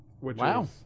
Wow